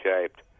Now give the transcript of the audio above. shaped